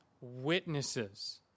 witnesses